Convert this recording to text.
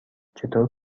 چطور